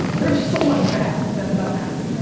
there's so much bad that's about the happen. yeah